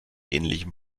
ähnlichem